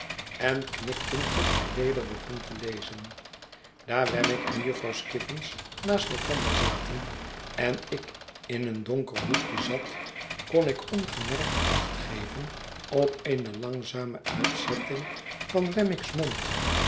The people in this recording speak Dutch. en knikten tot hij weder begon te lezen daar wemmick en jufvrouw skiffins naast elkander zaten en ik in een donker hoekje zat kon ik ongemerkt acht geyen op eene langzame uitzetting van wemmick's mond